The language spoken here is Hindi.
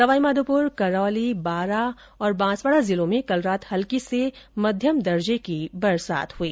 सवाईमाधोपुर करौली बूंदी बारा बांसवाड़ा जिलों में कल रात हल्की से मध्यम दर्जे की बरसात हुई